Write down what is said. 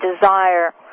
desire